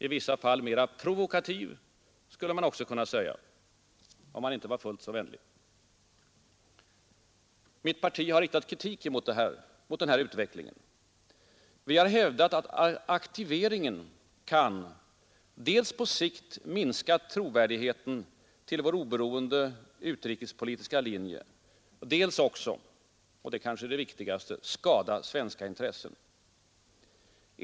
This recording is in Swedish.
I vissa fall mera ”provokativ”, skulle man också kunna säga, om man inte är fullt så vänlig. Mitt parti har riktat kritik mot denna utveckling. Vi har hävdat att aktiveringen kan dels på sikt minska trovärdigheten till Sveriges oberoende utrikespolitiska linje, dels också — och det kanske är det viktigaste — skada svenska intressen.